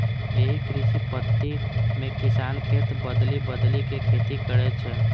एहि कृषि पद्धति मे किसान खेत बदलि बदलि के खेती करै छै